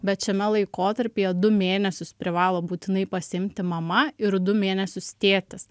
bet šiame laikotarpyje du mėnesius privalo būtinai pasiimti mama ir du mėnesius tėtis